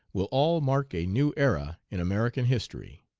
will all mark a new era in american history.